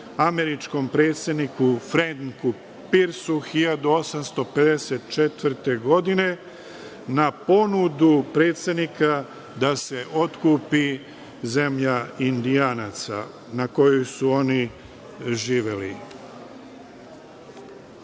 američkom predsedniku Frenku Pirsu 1854. godine, na ponudu predsednika da se otkupi zemlja Indijanaca na kojoj su oni živeli. Reći